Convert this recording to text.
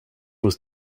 was